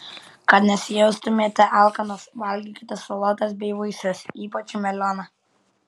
kad nesijaustumėte alkanos valgykite salotas bei vaisius ypač melioną